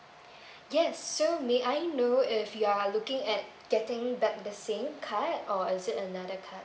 yes so may I know if you are looking at getting back the same card or is it another card